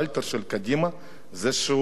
זה שהוא התפטר מהכנסת,